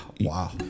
Wow